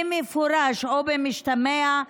במפורש או במשתמע,